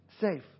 safe